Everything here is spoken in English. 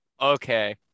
Okay